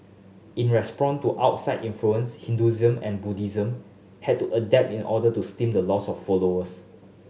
in response to outside influence Hinduism and Buddhism had to adapt in order to stem the loss of followers